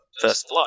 First